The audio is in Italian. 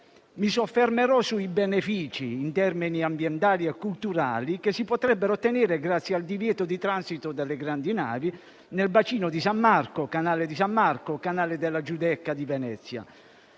Mi soffermerò sui benefici in termini ambientali e culturali che si potrebbero ottenere grazie al divieto di transito delle grandi navi nel bacino di San Marco, nel canale di San Marco e nel canale della Giudecca di Venezia.